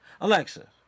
Alexa